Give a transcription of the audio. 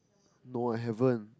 no I haven't